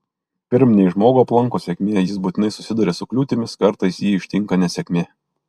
pirm nei žmogų aplanko sėkmė jis būtinai susiduria su kliūtimis kartais jį ištinka nesėkmė